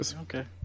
Okay